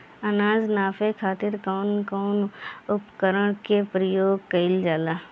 अनाज नापे खातीर कउन कउन उपकरण के प्रयोग कइल जाला?